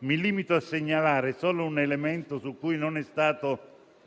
Mi limito a segnalare solo un elemento su cui non è stato